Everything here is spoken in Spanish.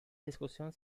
discusión